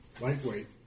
Lightweight